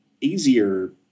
easier